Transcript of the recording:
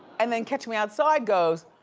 and then catch me outside goes,